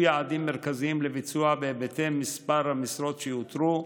יעדים מרכזיים לביצוע בהיבטי מספר המשרות שיאותרו,